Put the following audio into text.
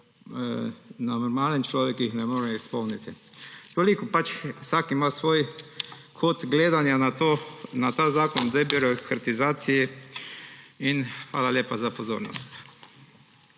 jih normalen človek enostavno ne more izpolniti. Toliko pač, vsak ima svoj kot gledanja na ta zakon o debirokratizaciji. Hvala lepa za pozornost.